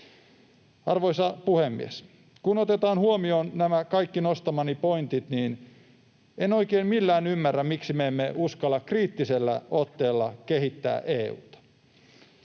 Arvoisa puhemies! Kun otetaan huomioon nämä kaikki nostamani pointit, niin en oikein millään ymmärrä, miksi me emme uskalla kriittisellä otteella kehittää EU:ta.